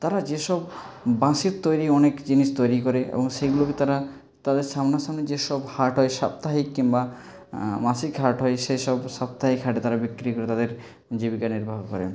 তারা যেসব বাঁশের তৈরী অনেক জিনিস তৈরী করে এবং সেগুলোকে তারা তাদের সামনাসামনি যেসব হাট হয় সাপ্তাহিক কিংবা মাসিক হাট হয় সেইসব সাপ্তাহিক হাটে তারা বিক্রি করে তাদের জীবিকা নির্বাহ করেন